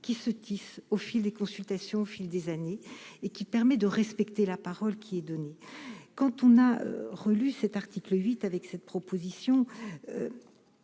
qui se tisse au fil des consultations au fil des années et qui permet de respecter la parole qui est donné, quand on a relu cet article 8 avec cette proposition